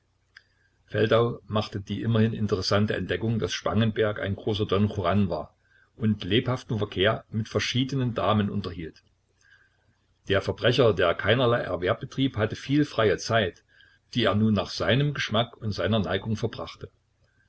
feldau machte die immerhin interessante entdeckung daß spangenberg ein großer don juan war und lebhaften verkehr mit verschiedenen damen unterhielt der verbrecher der keinerlei erwerb betrieb hatte viel freie zeit die er nun nach seinem geschmack und seiner neigung verbrachte